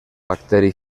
bacteri